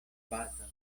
baton